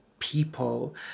People